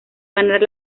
ganar